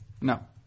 No